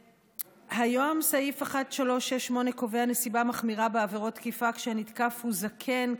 היום סעיף 368ו קובע נסיבה מחמירה בעבירות תקיפה כשנתקף הוא זקן,